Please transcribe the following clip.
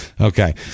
Okay